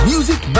Music